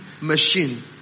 machine